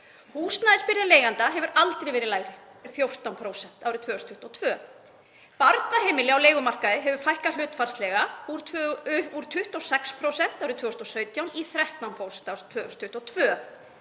Húsnæðisbyrði leigjenda hefur aldrei verið lægri, 14% árið 2022. Barnaheimilum á leigumarkaði hefur fækkað hlutfallslega, úr 26% árið 2017 í 13% árið 2022.